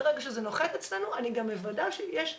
ברגע שזה נוחת אצלנו אני גם מוודא שיש סגירה.